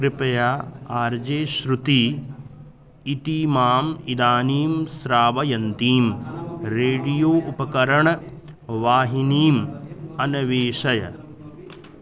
कृपया R J Shruti इतीमाम् इदानीं श्रावयन्तीं रेडियो उपकरणवाहिनीम् अन्वेषय